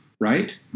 Right